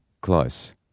Close